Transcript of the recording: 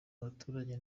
abaturage